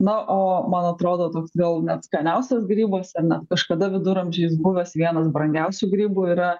na o man atrodo toks gal net skaniausias grybas ir net kažkada viduramžiais buvęs vienas brangiausių grybų yra